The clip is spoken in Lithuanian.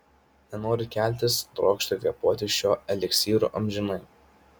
nenoriu keltis trokštu kvėpuoti šiuo eliksyru amžinai